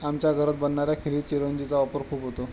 आमच्या घरात बनणाऱ्या खिरीत चिरौंजी चा वापर खूप होतो